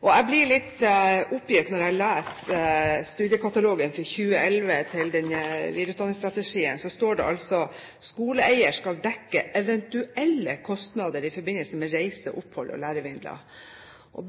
Jeg blir litt oppgitt når jeg leser studiekatalogen for 2011. Til denne videreutdanningsstrategien står det: «Skoleeier skal dekke eventuelle kostnader i forbindelse med reise, opphold og læremidler.»